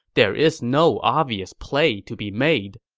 there is no obvious play to be made.